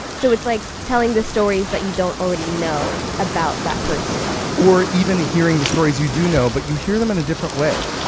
so, it's like telling the stories that you don't already know about that person? or even hearing the stories you do know, but you hear them in a different way.